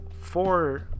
four